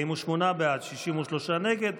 48 בעד, 63 נגד.